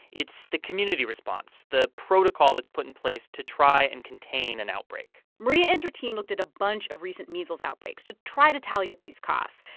it's the community response, the protocol that's put in place to try and contain an outbreak maria and team looked at a bunch of recent measles outbreaks to try to tally up these costs.